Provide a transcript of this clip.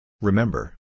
Remember